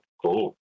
cool